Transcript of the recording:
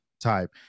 type